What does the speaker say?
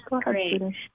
great